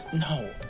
No